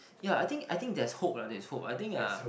ya I think I think there's hope lah there's hope I think uh